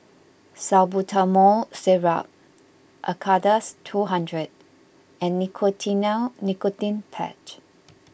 Salbutamol Syrup Acardust two hundred and Nicotinell Nicotine Patch